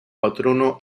patrono